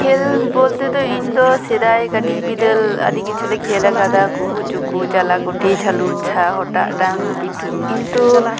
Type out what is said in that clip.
ᱠᱷᱮᱞ ᱵᱚᱞᱛᱮ ᱫᱚ ᱤᱧ ᱫᱚ ᱥᱮᱫᱟᱭ ᱠᱟ ᱴᱤᱡ ᱵᱤᱫᱟᱹᱞ ᱟᱹᱰᱤ ᱠᱤᱪᱷᱩᱞᱮ ᱠᱷᱮᱞ ᱟᱠᱟᱫᱟ ᱠᱩᱦᱩ ᱪᱩᱠᱩ ᱪᱟᱞᱟ ᱜᱷᱩᱴᱤ ᱡᱷᱟᱹᱞᱩ ᱡᱷᱟ ᱦᱚᱴᱟᱜ ᱰᱟᱝ ᱯᱤᱴᱩ ᱠᱤᱱᱛᱩ